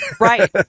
Right